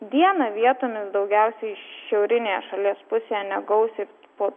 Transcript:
dieną vietomis daugiausiai šiaurinėje šalies pusėje negausiai po